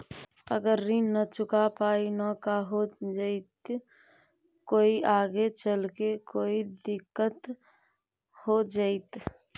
अगर ऋण न चुका पाई न का हो जयती, कोई आगे चलकर कोई दिलत हो जयती?